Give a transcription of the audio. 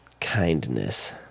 kindness